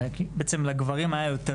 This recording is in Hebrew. דווקא לגברים.